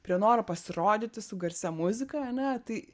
prie noro pasirodyti su garsia muzika ane tai